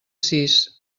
sis